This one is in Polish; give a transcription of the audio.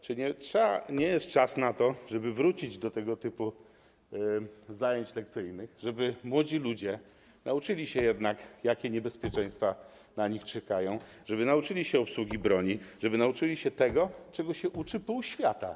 Czy to nie jest czas na to, żeby wrócić do tego typu zajęć lekcyjnych, żeby młodzi ludzie nauczyli się, jakie niebezpieczeństwa na nich czyhają, żeby nauczyli się obsługi broni, żeby nauczyli się tego, czego uczy się w szkole pół świata?